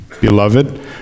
Beloved